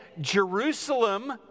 Jerusalem